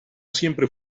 siempre